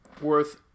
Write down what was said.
Worth